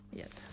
yes